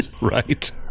Right